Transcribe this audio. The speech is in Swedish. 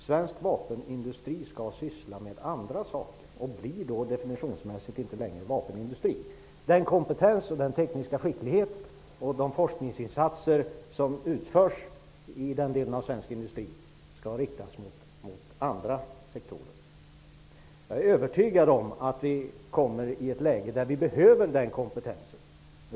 Svensk vapenindustri skall syssla med andra saker och blir då definitionsmässigt inte längre en vapenindustri. Den kompetens och den tekniska skicklighet som finns, och de forskningsinsatser som utförs i den delen av svensk industri skall riktas mot andra sektorer. Jag är övertygad om att vi kommer i ett läge där vi behöver den kompetensen.